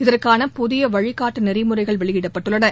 இதற்கான புதிய வழிகாட்டு நெறிமுறைகள் வெளியிடப்பட்டுள்ளன